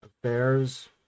Affairs